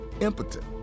impotent